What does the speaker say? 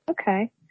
Okay